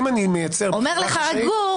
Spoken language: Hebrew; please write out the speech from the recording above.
אומר לך גור